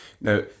Now